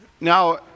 Now